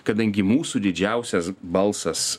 kadangi mūsų didžiausias balsas